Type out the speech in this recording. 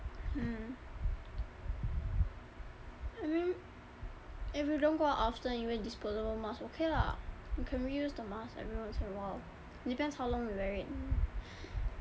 hmm I mean if you don't go out often you wear disposable mask okay lah you can reuse the mask every once in awhile depends how long you wear it